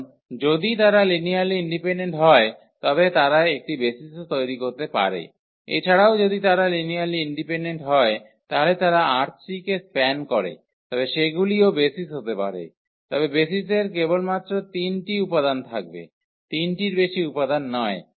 কারণ যদি তারা লিনিয়ারলি ইন্ডিপেনডেন্ট হয় তবে তারা একটি বেসিসও তৈরি করতে পারে এছাড়াও যদি তারা লিনিয়ারলি ইন্ডিপেনডেন্ট হয় তাহলে তারা ℝ3 কে স্প্যান করে তবে সেগুলিও বেসিস হতে পারে তবে বেসিসের কেবলমাত্র 3 টিউপাদান থাকবে 3 টির বেশি উপাদান নয়